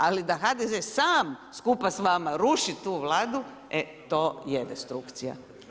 Ali da HDZ sam skupa sa vama ruši tu Vladu e to je destrukcija.